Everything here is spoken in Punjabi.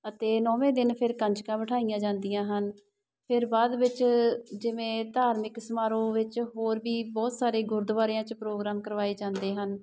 ਅਤੇ ਨੌਵੇਂ ਦਿਨ ਫਿਰ ਕੰਜਕਾਂ ਬਿਠਾਈਆਂ ਜਾਂਦੀਆਂ ਹਨ ਫਿਰ ਬਾਅਦ ਵਿੱਚ ਜਿਵੇਂ ਧਾਰਮਿਕ ਸਮਾਰੋਹ ਵਿੱਚ ਹੋਰ ਵੀ ਬਹੁਤ ਸਾਰੇ ਗੁਰਦੁਆਰਿਆਂ 'ਚ ਪ੍ਰੋਗਰਾਮ ਕਰਵਾਏ ਜਾਂਦੇ ਹਨ